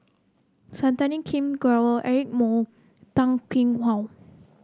Santokh King Grewal Eric Moo Toh Kim Hwa